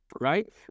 right